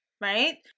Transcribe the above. right